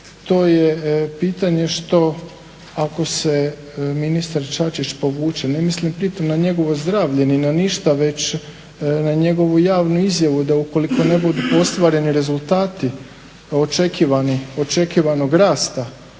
to je pitanje što ako se ministar Čačić povuče. Ne mislim pritom na njegovo zdravlje ni na ništa već na njegovu javnu izjavu da ukoliko ne budu ostvareni rezultati očekivanog rasta